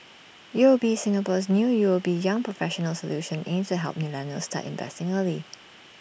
U O B Singapore's new U O B young professionals solution aims to help millennials start investing early